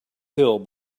hill